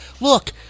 Look